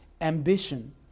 ambition